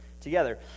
together